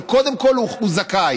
אבל קודם כול, הוא זכאי.